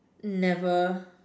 never